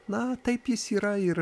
na taip jis yra ir